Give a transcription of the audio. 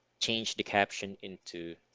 change the caption into